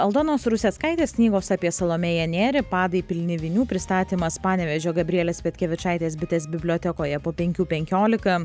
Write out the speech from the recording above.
aldonos ruseckaitės knygos apie salomėją nėrį padai pilni vinių pristatymas panevėžio gabrielės petkevičaitės bitės bibliotekoje po penkių penkiolika